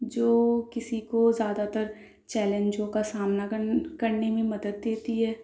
جو کسی کو زیادہ تر چیلنجوں کا سامنا کرنا کرنے میں مدد دیتی ہے